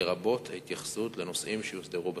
לרבות ההתייחסות לנושאים שהוסדרו בחקיקה.